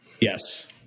Yes